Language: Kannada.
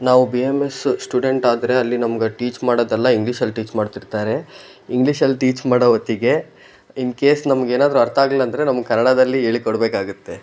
ನಾವು ಬಿ ಎಮ್ ಎಸ್ ಸ್ಟೂಡೆಂಟಾದರೆ ಅಲ್ಲಿ ನಮ್ಗೆ ಟೀಚ್ ಮಾಡೋದೆಲ್ಲ ಇಂಗ್ಲೀಷಲ್ಲಿ ಟೀಚ್ ಮಾಡ್ತಿರ್ತಾರೆ ಇಂಗ್ಲೀಷಲ್ಲಿ ಟೀಚ್ ಮಾಡೋ ಹೊತ್ತಿಗೆ ಇನ್ಕೇಸ್ ನಮ್ಗೆನಾದರೂ ಅರ್ಥ ಆಗಲಿಲ್ಲ ಅಂದರೆ ನಮಗೆ ಕನ್ನಡದಲ್ಲಿ ಹೇಳಿ ಕೊಡಬೇಕಾಗುತ್ತೆ